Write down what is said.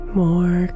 more